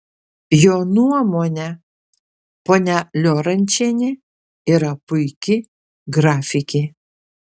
jo nuomone ponia liorančienė yra puiki grafikė